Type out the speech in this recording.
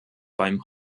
beim